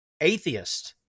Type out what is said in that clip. atheist